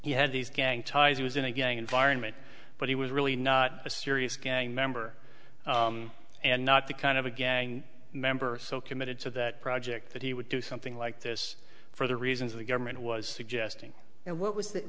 he had these gang ties he was in a gang environment but he was really not a serious gang member and not the kind of a gang member so committed to that project that he would do something like this for the reasons the government was suggesting and what was th